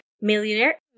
Millionaire